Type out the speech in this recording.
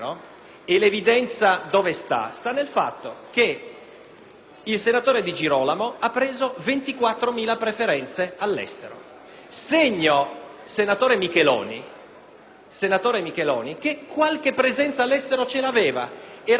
il senatore Di Girolamo ha preso 24.000 preferenze all'estero, segno, senatore Micheloni, che qualche presenza all'estero ce l'aveva e rappresenta l'estero esattamente quanto lei. *(Commenti del